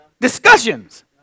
discussions